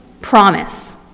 promise